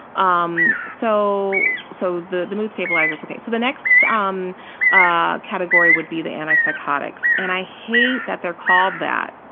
um so so they're the mood stabilizers. okay, so the next ah um ah category would be the antipsychotics, and i hate that they're called that.